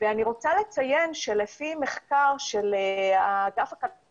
ואני רוצה לציין שלפי מחקר של הכלכלן